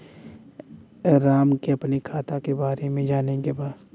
राम के अपने खाता के बारे मे जाने के बा?